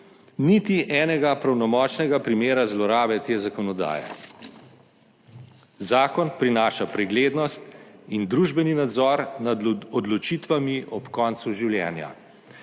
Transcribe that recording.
niti enega pravnomočnega primera zlorabe te zakonodaje. Zakon prinaša preglednost in družbeni nadzor nad odločitvami ob koncu življenja,